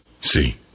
See